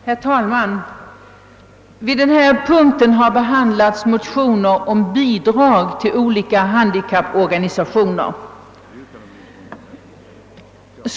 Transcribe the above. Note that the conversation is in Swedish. Herr talman! Under denna punkt har behandlats motioner om bidrag till olika handikapporganisationer.